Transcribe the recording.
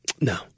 No